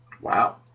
Wow